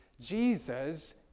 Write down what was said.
Jesus